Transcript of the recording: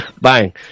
Bang